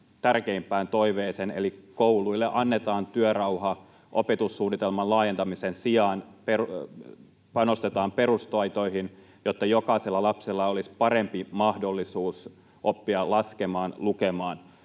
tärkeimpään toiveeseen, eli kouluille annetaan työrauha opetussuunnitelman laajentamisen sijaan. Panostetaan perustaitoihin, jotta jokaisella lapsella olisi parempi mahdollisuus oppia laskemaan, lukemaan